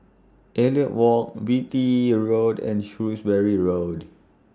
Elliot Walk Beatty Road and Shrewsbury Road